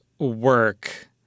work